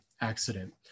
accident